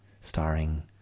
starring